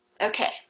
Okay